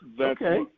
Okay